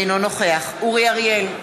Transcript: אינו נוכח אורי אריאל,